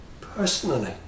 personally